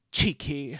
Cheeky